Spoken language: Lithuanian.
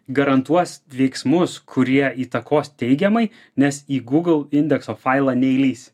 garantuos veiksmus kurie įtakos teigiamai nes į google indekso failą neįlįsi